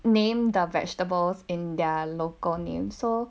name the vegetables in their local name so